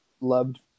loved